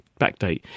backdate